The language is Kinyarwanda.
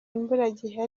imburagihe